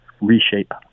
reshape